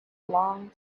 long